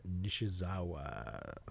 Nishizawa